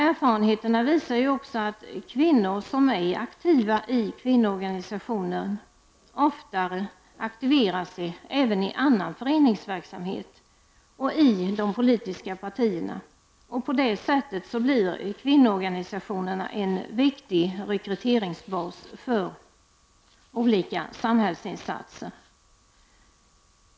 Erfarenheterna visar ju också att kvinnor som är aktiva i kvinnoorganisationer oftare aktiverar sig även i annan föreningsverksamhet och i de politiska partierna. På det sättet blir kvinnoorganisationerna en viktig rekryteringsbas till olika samhällsinsatser.